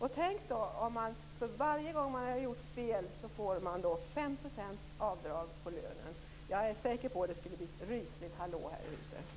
Tänk om man för varje gång man har gjort fel får 5 % avdrag på lönen! Jag är säker på att det skulle bli ett rysligt hallå här i huset.